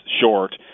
short